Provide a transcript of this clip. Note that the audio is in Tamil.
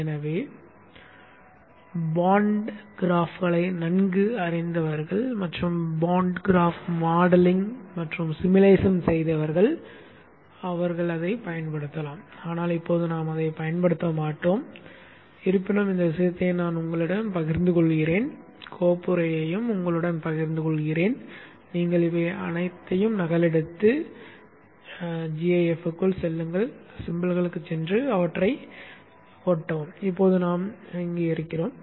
எனவே பாண்ட் கிராஃப்களை நன்கு அறிந்தவர்கள் மற்றும் பாண்ட் கிராஃப் மாடலிங் மற்றும் சிமுலேஷன் செய்தவர்கள் அவர்கள் அதைப் பயன்படுத்தலாம் ஆனால் இப்போது நாம் அதைப் பயன்படுத்த மாட்டோம் ஆனால் இருப்பினும் இந்த விஷயத்தை நான் உங்களுடன் பகிர்ந்து கொள்கிறேன் கோப்புறையையும் உங்களுடன் பகிர்ந்து கொள்கிறேன் நீங்கள் இவை அனைத்தையும் நகலெடுத்து gafக்கு செல்லுங்கள் சின்னங்களுக்குச் சென்று அவற்றை ஒட்டவும் இப்போது நமக்கு வேலை இருக்கிறது